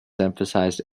emphasized